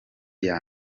yanjye